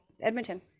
Edmonton